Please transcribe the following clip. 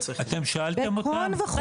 אתם שאלתם אותם?